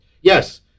Yes